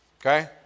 okay